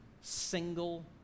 single